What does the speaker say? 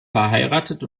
verheiratet